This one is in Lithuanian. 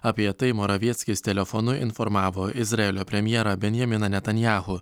apie tai moravieckis telefonu informavo izraelio premjerą benjaminą netanjahu